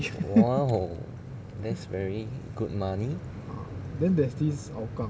!wow! that's very good money